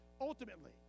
ultimately